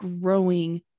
growing